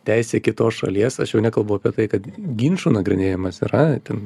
teisė kitos šalies aš jau nekalbu apie tai kad ginčo nagrinėjimas yra ten